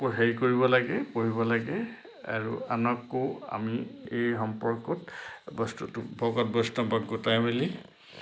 হেৰি কৰিব লাগে পঢ়িব লাগে আৰু আনকো আমি এই সম্পৰ্কত বস্তুটো ভকত বৈষ্ণৱক গোটাই মেলি